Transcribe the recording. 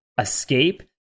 escape